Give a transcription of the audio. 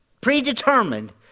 predetermined